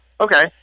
Okay